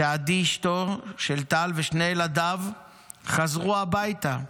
שעדי, אשתו של טל, ושני ילדיו חזרו הביתה,